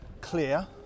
Clear